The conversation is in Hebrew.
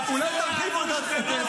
אולי תרחיבו את הדעת.